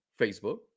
Facebook